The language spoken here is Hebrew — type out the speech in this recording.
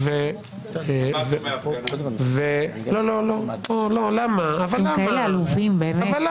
אתם כאלה עלובים, באמת.